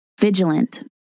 vigilant